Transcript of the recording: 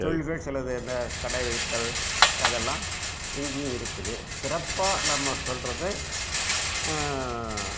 தொழில்கள் சிலது அந்த கடை வைத்தல் அதெல்லாம் இங்கேயும் இருக்குது சிறப்பாக நம்ம சொல்கிறது